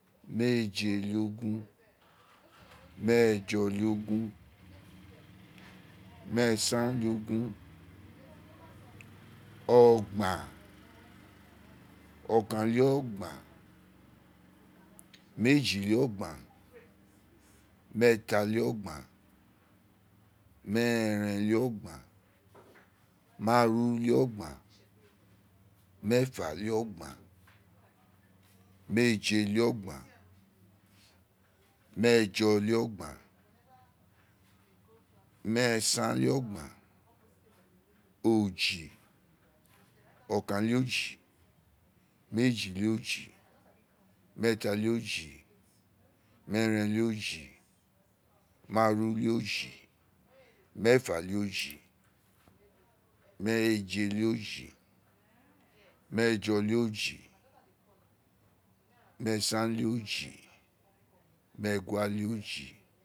Meeje- le-ogun méèjọ- le- ogun méè san-le-ogun ọgban ọkan- le- ọgban meji- le- ọgban méèta-le-ọgban méèrẹn-le-o̱gban máàru-le-ọgban. méèfa- le- ọgban mee je-le-ọgban méèjọ-le- ọgban méèsan- le- ọgban oji ọkan-le-oji meeji- le- oji méèfa-le- oji méèren-le- oji máàru- le-oji méèfa-le- oji meeje- le- oji méèjọ-le-oji méèsan-tie- oji méègua- le ojí